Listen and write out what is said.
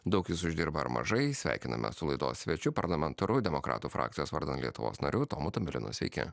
daug jis uždirba ar mažai sveikiname su laidos svečių parlamentaru demokratų frakcijos vardan lietuvos narių tomo tomilino siekia